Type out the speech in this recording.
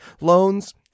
loans